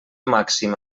màxim